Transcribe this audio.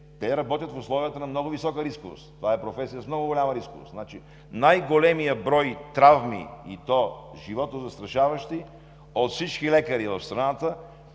те работят в условията на много висока рисковост – това е професия с много голяма рисковост. Най-големият брой травми, и то животозастрашаващи – от всички лекари в страната